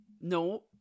No